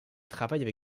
travaille